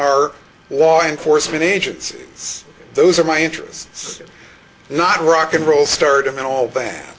our law enforcement agents those are my interests not rock'n'roll stardom and all that